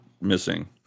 missing